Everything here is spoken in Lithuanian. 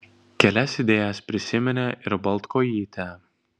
kelias idėjas prisiminė ir baltkojytė